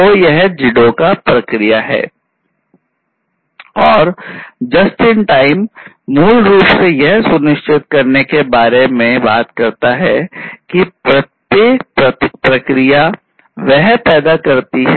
तो यह JIDOKA प्रक्रिया है